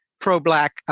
pro-Black